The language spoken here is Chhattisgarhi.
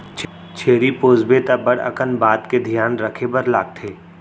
छेरी पोसबे त बड़ अकन बात के धियान रखे बर लागथे